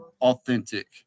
authentic